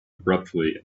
abruptly